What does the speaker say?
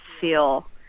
feel